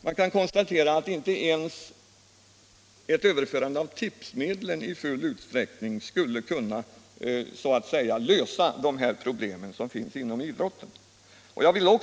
Man kan konstatera att inte ens ett överförande av tipsmedlen i full utsträckning skulle kunna lösa de här problemen inom idrotten.